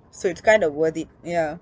so it's kind of worth it yeah